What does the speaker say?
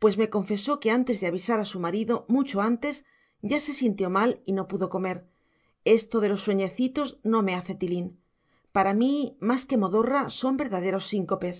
pues me confesó que antes de avisar a su marido mucho antes ya se sintió mal y no pudo comer esto de los sueñecitos no me hace tilín para mí más que modorra son verdaderos síncopes